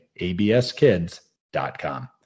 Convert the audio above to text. abskids.com